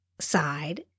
side